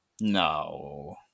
No